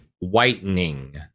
whitening